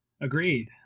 agreed